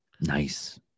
Nice